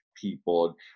people